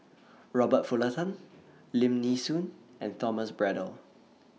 Robert Lim Nee Soon and Thomas Braddell